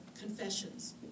confessions